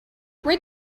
rate